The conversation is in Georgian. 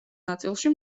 ნაწილში